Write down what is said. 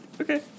okay